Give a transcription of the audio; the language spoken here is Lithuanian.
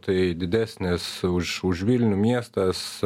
tai didesnės už už vilnių miestas